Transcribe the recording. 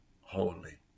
holy